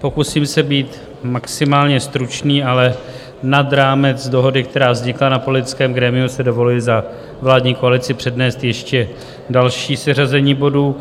pokusím se být maximálně stručný, ale nad rámec dohody, která vznikla na politickém grémiu, si dovoluji za vládní koalici přednést ještě další seřazení bodů.